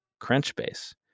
Crunchbase